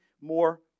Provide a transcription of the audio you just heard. more